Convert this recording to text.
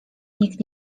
nikt